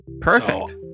Perfect